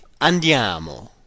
andiamo